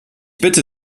bitte